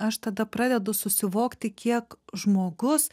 aš tada pradedu susivokti kiek žmogus